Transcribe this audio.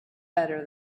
better